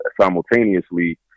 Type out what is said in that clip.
simultaneously